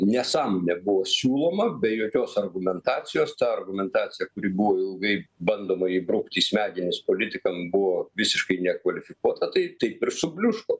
nesąmonė nebuvo siūloma be jokios argumentacijos ta argumentacija kuri buvo ilgai bandoma įbrukti į smegenis politikam buvo visiškai nekvalifikuota tai taip ir subliūško